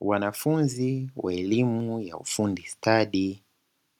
Wanafunzi wa elimu ya ufundi stadi